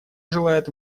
желает